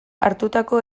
hartutako